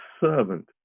servant